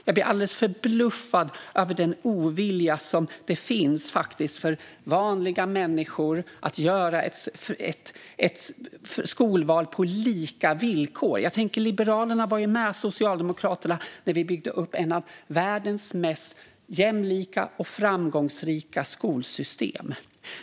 Jag blir alldeles förbluffad över den ovilja som finns att låta vanliga människor göra ett skolval på lika villkor. Liberalerna var med Socialdemokraterna när vi byggde upp ett av världens mest jämlika och framgångsrika skolsystem.